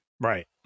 Right